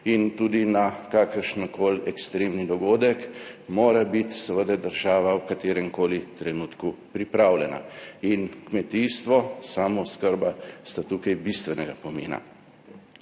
in tudi na kakršenkoli ekstremni dogodek mora biti seveda država v kateremkoli trenutku pripravljena. In kmetijstvo, samooskrba sta tukaj bistvenega pomena.